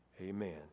amen